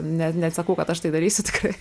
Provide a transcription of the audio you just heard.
ne nesakau kad aš tai darysiu tikrai